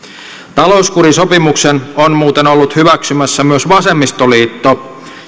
talouskurisopimuksen on muuten ollut hyväksymässä myös vasemmistoliitto